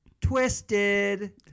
Twisted